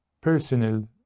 personal